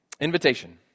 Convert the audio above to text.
Invitation